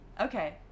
Okay